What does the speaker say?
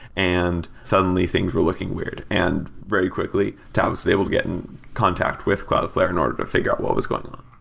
and suddenly things were looking weird. and very quickly, tavis was able to get in contact with cloudflare in order to figure out what was going on.